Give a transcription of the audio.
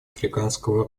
африканского